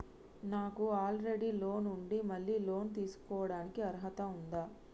నాకు already loan ఉండి మళ్ళీ లోన్ తీసుకోవడానికి అర్హత ఉందా?